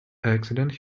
accident